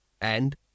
And